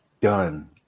done